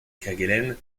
kerguelen